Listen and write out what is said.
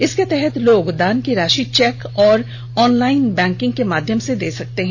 इसके तहत लोग दान की राषि चेक और ऑनलाईन बैंकिंग के माध्यम से दे सकते हैं